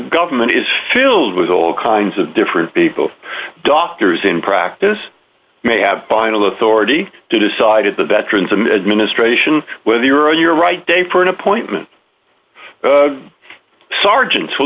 government is filled with all kinds of different people doctors in practice may have final authority to decide at the veterans and ministration whether you're on your right day for an appointment the sergeants will